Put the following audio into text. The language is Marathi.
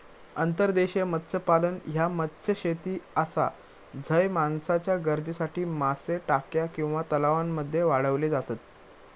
अंतर्देशीय मत्स्यपालन ह्या मत्स्यशेती आसा झय माणसाच्या गरजेसाठी मासे टाक्या किंवा तलावांमध्ये वाढवले जातत